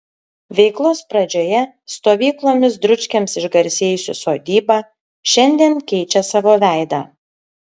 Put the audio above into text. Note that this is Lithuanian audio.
veiklos pradžioje stovyklomis dručkiams išgarsėjusi sodyba šiandien keičia savo veidą